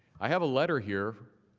i have a letter here